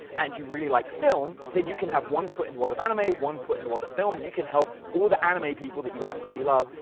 and you really like film, than you can have one foot in the world of anime, one foot in the world of film, and you can help all the anime people that you absolutely love,